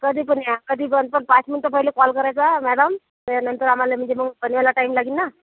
कधीपण या कधीपण पण पाच मिनिटं पहिले कॉल करायचा मॅडम त्यानंतर आम्हाला म्हणजे मग बनवायला टाईम लागेल ना